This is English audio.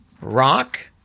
Rock